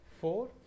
four